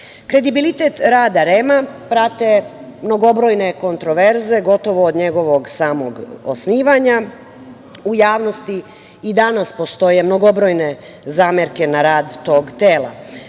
danas. Kredibilitet rada REM-a prate mnogobrojne kontroverze gotovo od njegovog samog osnivanja. U javnosti i danas postoje mnogobrojne zamerke na rad tog tela.